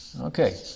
Okay